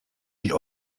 die